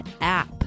app